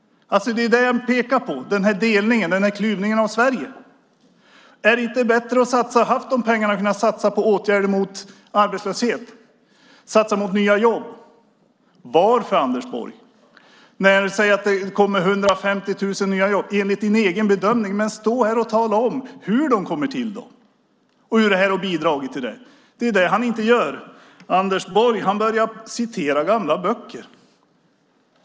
Det är det här jag vill peka på - delningen och klyvningen av Sverige. Vore det inte bättre att ha de pengarna och kunna satsa dem på åtgärder mot arbetslöshet och satsa på nya jobb? Varför, Anders Borg? Du säger att det kommer 150 000 nya jobb enligt din egen bedömning. Men ställ dig här och tala om hur de kommer till, då! Och tala om hur det här har bidragit! Men det gör inte Anders Borg, utan han börjar citera gamla böcker.